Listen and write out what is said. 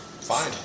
fine